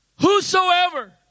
whosoever